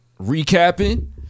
recapping